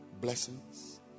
Blessings